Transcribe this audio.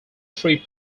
free